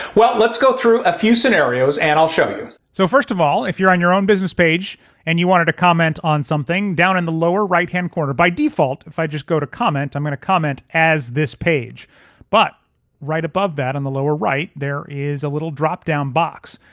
well let's go through a few scenarios and i'll show you. so first of all if you're on your own business page and you wanted to comment on something, down in the lower right-hand corner by default if i just go to comment i'm gonna comment as this page but right above that on and the lower right there is a little drop-down box.